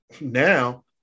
now